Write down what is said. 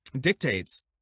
dictates